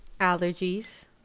Allergies